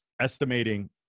estimating